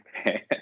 okay